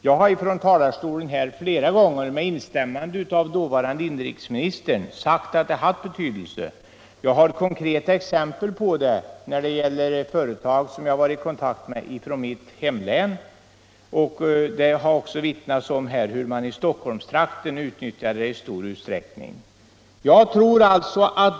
Jag har från denna talarstol flera gånger, med instämmande av dåvarande inrikesministern, sagt att stimulansen hade stor betydelse. Jag har också konkreta exempel på det från företag i mitt hemlän som jag har varit i kontakt med. Likaså har det här omvittnats att man i Stockholmstrakten i stor utsträckning har utnyttjat det bidraget.